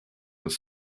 was